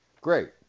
great